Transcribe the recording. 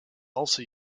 also